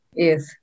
Yes